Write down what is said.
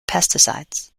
pesticides